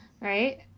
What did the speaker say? Right